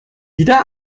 wieder